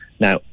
Now